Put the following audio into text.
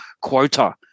quota